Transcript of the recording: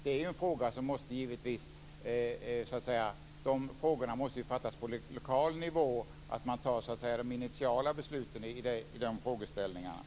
De initiala besluten i dessa frågeställningar måste tas på lokal nivå.